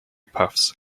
puffs